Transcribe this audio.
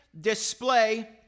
display